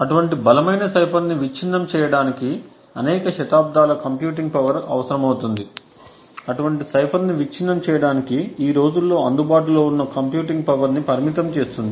అటువంటి బలమైన సైఫర్ని విచ్ఛిన్నం చేయడానికి అనేక శతాబ్దాల కంప్యూటింగ్ పవర్ అవసరమవుతుంది అటువంటి సైఫర్ ని విచ్ఛిన్నం చేయడానికి ఈ రోజుల్లో అందుబాటులో ఉన్న కంప్యూటింగ్ పవర్ ని పరిమితం చేస్తుంది